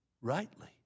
rightly